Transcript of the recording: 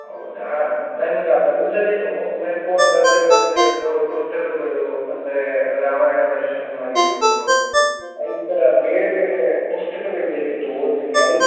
ಹೌದಾ ನಂಗೆ ಅದಲ್ದಲೇನು ಕುವೆಂಪು ಅವ್ರು ಬರ್ದಿರೊ ಒಂದು ಎರಡು ಮೂರು ಪುಸ್ತಕಗಳು ಅಂದರೆ ರಾಮಾಯಣದರ್ಶನಮ್ ಆಗಿರ್ಬೋದು ಈ ಥರ ಬೇರೆ ಬೇರೆ ಪುಸ್ತಕಗಳು ಬೇಕಿತ್ತು ಓದಲಿಕ್ಕೆ ಅದು